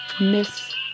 Miss